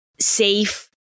safe